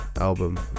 album